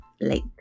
late